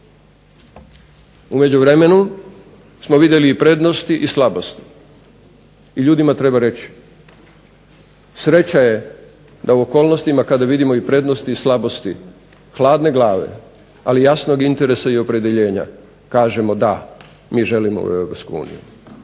U međuvremenu smo vidjeli i prednosti i slabosti i ljudima treba reći sreća je da u okolnostima kada vidimo i prednosti i slabosti hladne glave, ali jasnog interesa i opredjeljenja kažemo da mi želimo u